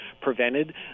prevented